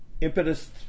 Impetus